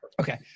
Okay